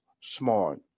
smart